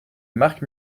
marc